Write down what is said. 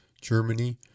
Germany